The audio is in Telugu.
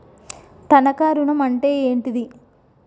తనఖా ఋణం అంటే ఏంటిది?